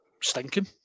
stinking